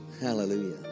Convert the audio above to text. Hallelujah